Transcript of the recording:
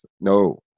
No